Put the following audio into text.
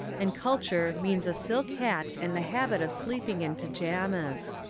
and culture means a silk hat and the habit of sleeping in pyjamas.